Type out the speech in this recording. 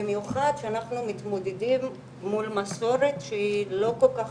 במיוחד שאנחנו מתמודדים מול מסורת שהיא לא כל כך